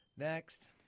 Next